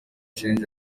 change